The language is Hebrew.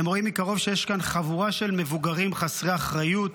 הם רואים מקרוב שיש כאן חבורה של מבוגרים חסרי אחריות